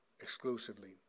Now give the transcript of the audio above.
exclusively